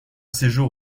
séjour